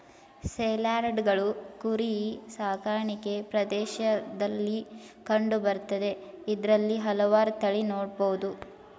ಸೇಲ್ಯಾರ್ಡ್ಗಳು ಕುರಿ ಸಾಕಾಣಿಕೆ ಪ್ರದೇಶ್ದಲ್ಲಿ ಕಂಡು ಬರ್ತದೆ ಇದ್ರಲ್ಲಿ ಹಲ್ವಾರ್ ತಳಿ ನೊಡ್ಬೊದು